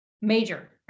Major